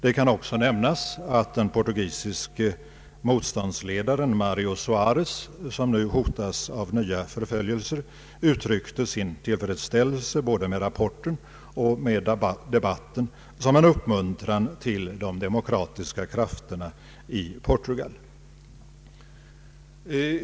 Det kan också nämnas att den portugisiske motståndsledaren Mario Soarez, som nu hotas av nya förföljelser, uttryckte sin tillfredsställelse både med rapporten och med debatten som en uppmuntran till de demokratiska krafterna i Portugal.